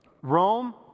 Rome